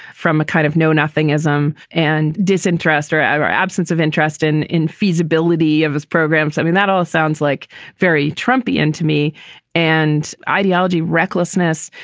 from a kind of know-nothing ism and disinterest or absence absence of interest in in feasibility of his programs. i mean, that all sounds like very trumpian to me and ideology, recklessness,